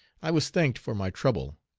i was thanked for my trouble.